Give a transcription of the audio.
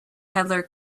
peddler